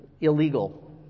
illegal